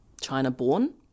China-born